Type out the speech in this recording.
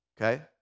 Okay